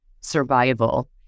survival